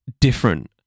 different